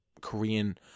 korean